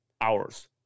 hours